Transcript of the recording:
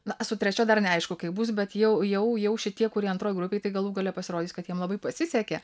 na su trečia dar neaišku kaip bus bet jau jau jau šitie kurie antroj grupėj tai galų gale pasirodys kad jiem labai pasisekė